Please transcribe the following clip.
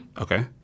Okay